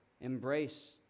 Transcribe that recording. embrace